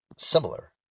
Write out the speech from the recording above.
Similar